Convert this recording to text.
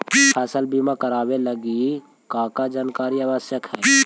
फसल बीमा करावे लगी का का जानकारी आवश्यक हइ?